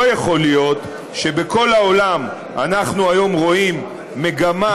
לא יכול להיות שבכל העולם אנחנו היום רואים מגמה